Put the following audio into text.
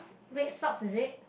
red socks is it